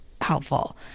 helpful